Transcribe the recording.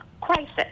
crisis